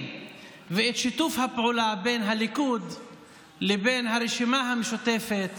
ואת שיתוף הפעולה בין הליכוד לבין הרשימה המשותפת